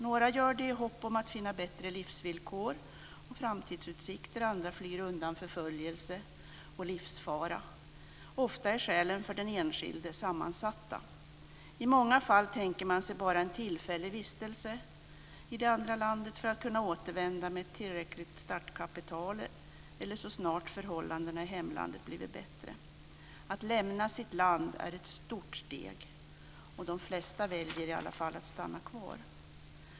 Några gör det i hopp om att finna bättre livsvillkor och framtidsutsikter, andra flyr undan förföljelse och livsfara. Ofta är skälen för den enskilde sammansatta. I många fall tänker man sig bara en tillfällig vistelse i det andra landet för att kunna återvända med tillräckligt startkapital eller så snart förhållandena i hemlandet blivit bättre. Att lämna sitt land är ett stort steg, och de flesta väljer i alla fall att stanna kvar.